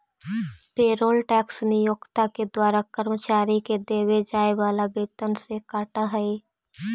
payroll tax नियोक्ता के द्वारा कर्मचारि के देवे जाए वाला वेतन से कटऽ हई